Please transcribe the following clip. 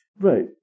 Right